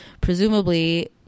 presumably